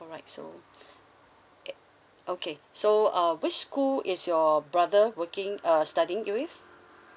alright so mm okay so uh which school is your brother working uh studying with